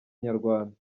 inyarwanda